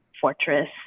fortress